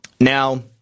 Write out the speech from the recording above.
Now